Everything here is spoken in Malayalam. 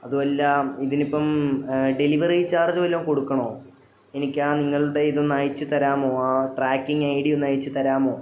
അതുവല്ല ഇതിനിപ്പോള് ഡെലിവറി ചാർജ് വല്ലതും കൊടുക്കണോ എനിക്കാ നിങ്ങളുടെ ഇതൊന്ന് അയച്ചുതരാമോ ആ ട്രാക്കിംഗ് ഐ ഡി ഒന്നയച്ചുതരാമോ